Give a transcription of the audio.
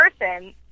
person